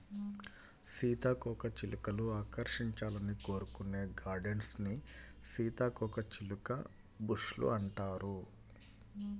సీతాకోకచిలుకలు ఆకర్షించాలని కోరుకునే గార్డెన్స్ ని సీతాకోకచిలుక బుష్ లు అంటారు